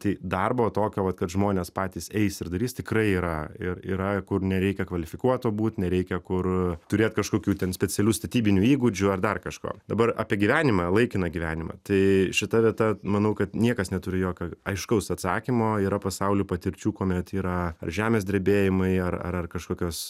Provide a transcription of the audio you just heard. tai darbo tokio vat kad žmonės patys eis ir darys tikrai yra ir yra kur nereikia kvalifikuotu būt nereikia kur turėt kažkokių ten specialių statybinių įgūdžių ar dar kažko dabar apie gyvenimą laikiną gyvenimą tai šita vieta manau kad niekas neturi jokio aiškaus atsakymo yra pasauly patirčių kuomet yra ar žemės drebėjimai ar ar ar kažkokios